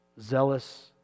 Zealous